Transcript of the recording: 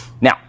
now